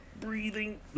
breathing